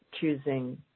choosing